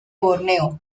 borneo